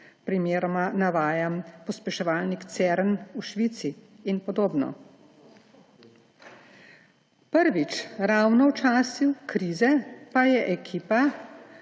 Primeroma navajam pospeševalnik CERN v Švici in podobno. Ravno v času pa je ekipa